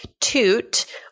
Toot